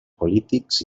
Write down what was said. polítics